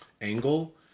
angle